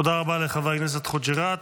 תודה רבה לחבר הכנסת חוג'יראת.